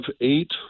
eight